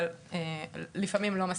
אבל לפעמים לא מספיק.